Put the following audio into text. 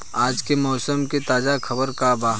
आज के मौसम के ताजा खबर का बा?